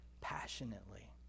passionately